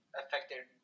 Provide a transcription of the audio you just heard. affected